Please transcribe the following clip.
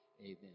amen